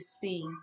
see